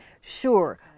Sure